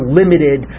limited